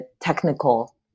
technical